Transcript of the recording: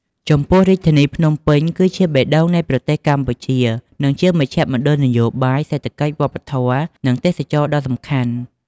ចំពោះរាជធានីភ្នំពេញ គឺជាបេះដូងនៃប្រទេសកម្ពុជា និងជាមជ្ឈមណ្ឌលនយោបាយ សេដ្ឋកិច្ច វប្បធម៌ និងទេសចរណ៍ដ៏សំខាន់។